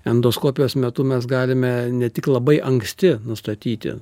endoskopijos metu mes galime ne tik labai anksti nustatyti